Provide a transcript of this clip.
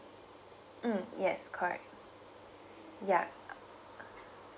mm yes correct ya